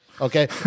okay